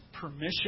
permission